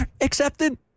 accepted